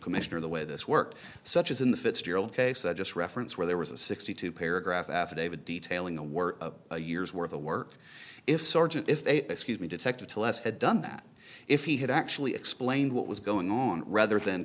commissioner the way this work such as in the fitzgerald case i just reference where there was a sixty two paragraph affidavit detailing the work of a years where the work if sergeant if they excuse me detected to less had done that if he had actually explained what was going on rather than